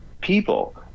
people